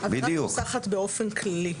ההצעה מנוסחת באופן כללי.